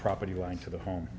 property one to the home